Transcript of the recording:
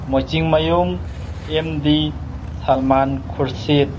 ꯃꯣꯏꯆꯤꯡꯃꯌꯨꯝ M D Salman Khurshid